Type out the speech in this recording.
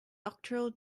doctoral